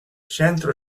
centro